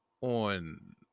on